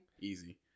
Easy